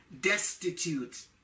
destitute